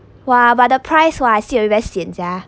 !wah! but the price what I see ah very xian jia